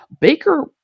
Baker